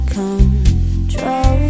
control